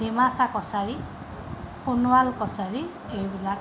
ডিমাচা কছাৰী সোণোৱাল কছাৰী এইবিলাক